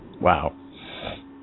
wow